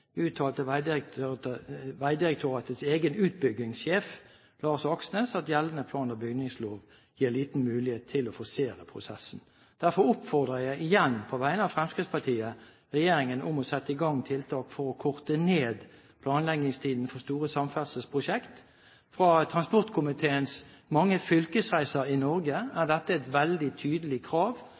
uttalte Vegdirektoratets egen utbyggingssjef, Lars Aksnes: «Gjeldende plan og bygningslov gir liten mulighet til å forsere prosessen.» Derfor oppfordrer jeg igjen på vegne av Fremskrittspartiet regjeringen om å sette i gang tiltak for å korte ned planleggingstiden for store samferdselsprosjekter. Fra transportkomiteens mange fylkesreiser i Norge er dette et veldig tydelig krav